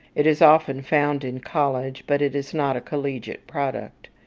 it is often found in college, but it is not a collegiate product.